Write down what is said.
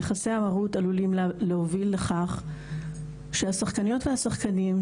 יחסי המרות עלולים להוביל לכך שהשחקניות והשחקנים,